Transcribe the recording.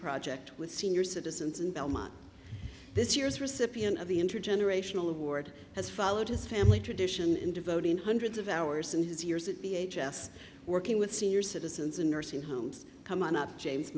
project with senior citizens in belmont this year's recipient of the intergenerational award has followed his family tradition in devoting hundreds of hours in his years at the h s working with senior citizens in nursing homes come on up james